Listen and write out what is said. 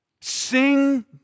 sing